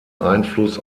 einfluss